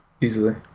Easily